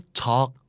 talk